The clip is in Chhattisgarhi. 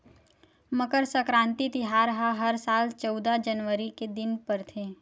मकर सकराति तिहार ह हर साल चउदा जनवरी के दिन परथे